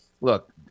look